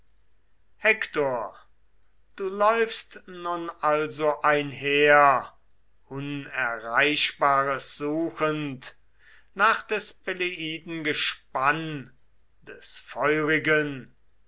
hektor du läufst nun also einher unerreichbares suchend nach des peleiden gespann des feurigen